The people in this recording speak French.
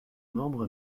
membres